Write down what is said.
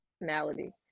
Malady